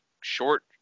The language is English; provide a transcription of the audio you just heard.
short